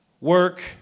work